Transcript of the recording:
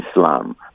Islam